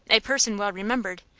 a person well-remembered,